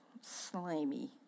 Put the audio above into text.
slimy